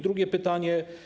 Drugie pytanie.